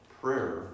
prayer